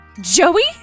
Joey